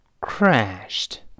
crashed